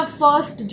first